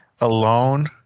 alone